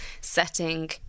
setting